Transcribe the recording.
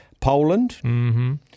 Poland